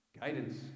Guidance